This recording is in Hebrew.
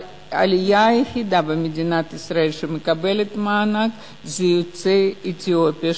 אבל העלייה היחידה במדינת ישראל שמקבלת מענק היא יוצאי אתיופיה.